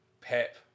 Pep